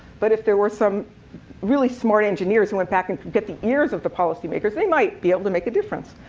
but if there were some really smart engineers who went back and could get the ears of the policymakers, they might be able to make a difference.